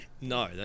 No